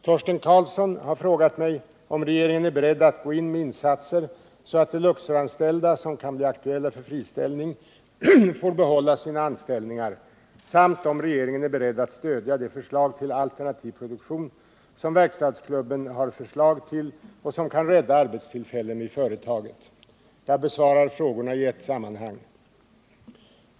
Torsten Karlsson har frågat mig om regeringen är beredd att gå in med insatser så att de Luxorsanställda som kan bli aktuella för friställning får behålla sina anställningar samt om regeringen är beredd att stödja de förslag till alternativ produktion som verkstadsklubben har förslag till och som kan rädda arbetstillfällen vid företaget. Jag besvarar frågorna i ett sammanhang.